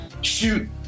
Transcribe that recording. shoot